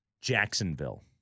Jacksonville